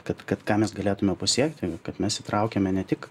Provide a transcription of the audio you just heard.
kad kad ką mes galėtume pasiekti kad mes įtraukiame ne tik